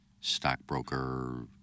stockbroker